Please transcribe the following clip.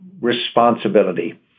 responsibility